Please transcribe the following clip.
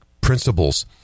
principles